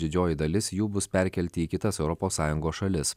didžioji dalis jų bus perkelti į kitas europos sąjungos šalis